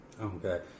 Okay